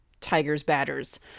Tigers-Batters